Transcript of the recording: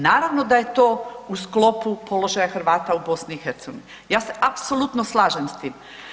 Naravno da je to u sklopu položaja Hrvata u BiH, ja se apsolutno slažem s tim.